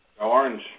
Orange